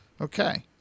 Okay